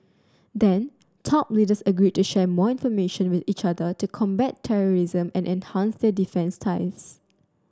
then top leaders agreed to share more information with each other to combat terrorism and enhance their defence ties